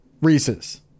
Reese's